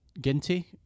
Ginty